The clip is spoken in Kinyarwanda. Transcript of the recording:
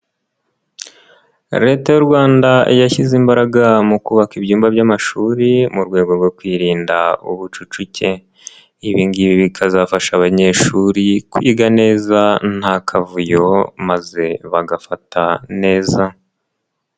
Leta y'u Rwanda yashyize imbaraga mu kubaka ibyumba by'amashuri mu rwego rwo kwirinda ubucucike, ibi ngibi bikazafasha abanyeshuri kwiga neza nta kavuyo maze bagafata neza.